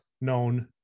known